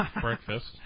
Breakfast